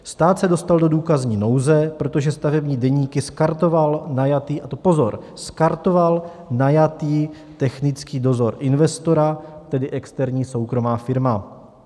Stát se dostal do důkazní nouze, protože stavební deníky skartoval najatý a to pozor skartoval najatý technický dozor investora, tedy externí soukromá firma.